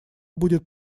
будет